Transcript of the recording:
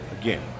Again